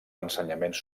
ensenyaments